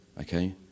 Okay